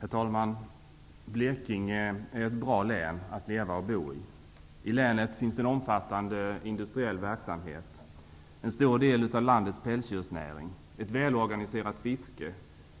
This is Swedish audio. Herr talman! Blekinge är ett bra län att leva och bo i. I länet finns en omfattande industriell verksamhet, en stor del av landets pälsdjursnäring, ett välorganiserat fiske,